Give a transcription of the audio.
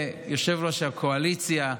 וליושב-ראש הקואליציה,